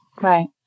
Right